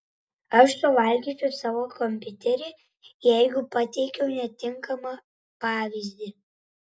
aš suvalgysiu savo kompiuterį jeigu pateikiau netinkamą pavyzdį